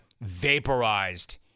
vaporized